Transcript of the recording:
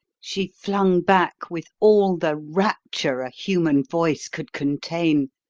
she flung back with all the rapture a human voice could contain.